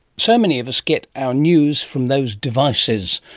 so many of us get our news from those devices,